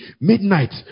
midnight